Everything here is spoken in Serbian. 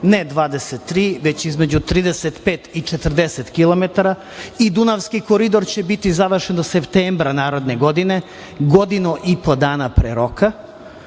ne 23, već između 35 i 40 kilometara, i Dunavski koridor će biti završen do septembra naredne godine, godinu i po dana pre roka,